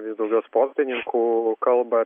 vis daugiau sportininkų kalba